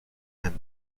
même